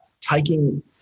taking